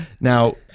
now